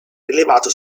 rilevato